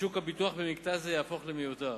ושוק הביטוח במקטע זה יהפוך למיותר.